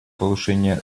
повышение